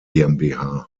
gmbh